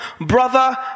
Brother